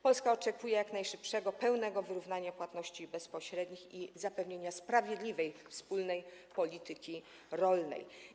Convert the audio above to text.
Polska oczekuje jak najszybszego, pełnego wyrównania płatności bezpośrednich i zapewnienia sprawiedliwej wspólnej polityki rolnej.